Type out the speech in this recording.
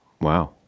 Wow